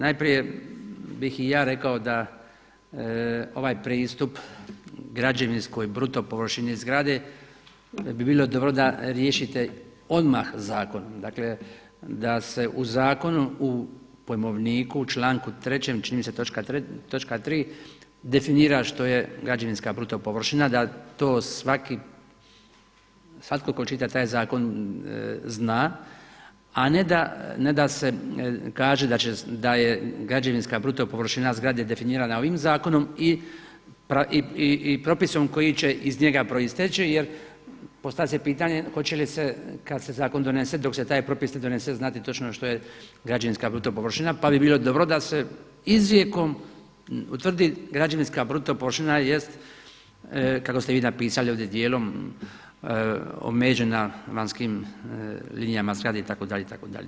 Najprije bih i ja rekao da ovaj pristup građevinskoj bruto površini zgrade bi bilo dobro da riješite odmah zakon, dakle u zakonu u pojmovniku u članku 3. čini mi se točka 3. definira što je građevinska bruto površina, da to svatko tko čita taj zakon zna, a ne da se kaže da je građevinska bruto površina zgrade definirana ovim zakonom i propisom koji će iz njega proisteći jer postavlja se pitanje hoće li se kada se zakon donese dok se taj propis ne donese znati točno što je građevinska bruto površina pa bi bilo dobro da se izrijekom utvrdi građevinska bruto površina jer kako ste vi napisali ovdje dijelom omeđena vanjskim linijama zgrade itd., itd.